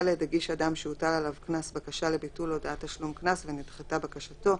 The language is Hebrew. הגיש אדם שהוטל עליו קנס בקשה לביטול הודעת תשלום קנס ונדחתה בקשתו,